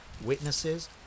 witnesses